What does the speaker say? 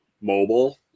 mobile